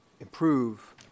improve